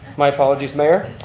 my apologies mayor.